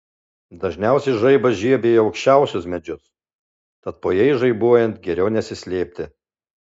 dažniausiai žaibas žiebia į aukščiausius medžius tad po jais žaibuojant geriau nesislėpti